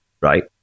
Right